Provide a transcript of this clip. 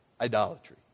idolatry